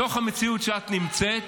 בתוך המציאות שאת נמצאת